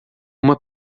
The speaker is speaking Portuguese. uma